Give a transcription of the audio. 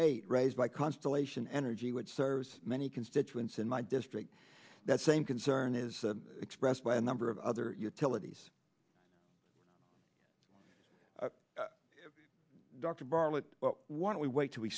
eight raised by constellation energy which serves many constituents in my district that same concern is expressed by a number of other utilities dr bartlett well why don't we wait